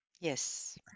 Yes